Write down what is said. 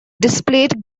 displayed